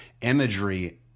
Imagery